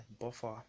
Buffer